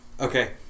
Okay